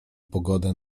pogodę